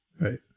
Right